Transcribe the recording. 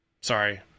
Sorry